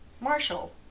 Marshall